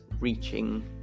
reaching